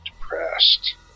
depressed